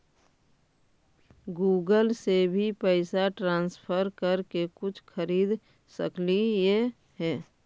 Google से भी पैसा ट्रांसफर कर के कुछ खरिद सकलिऐ हे?